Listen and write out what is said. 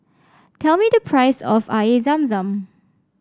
tell me the price of Air Zam Zam